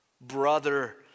brother